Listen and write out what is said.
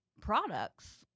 products